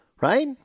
Right